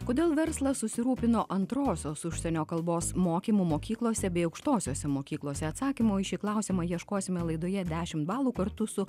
kodėl verslas susirūpino antrosios užsienio kalbos mokymu mokyklose bei aukštosiose mokyklose atsakymo į šį klausimą ieškosime laidoje dešimt balų kartu su